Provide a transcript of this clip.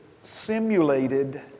simulated